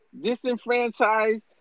disenfranchised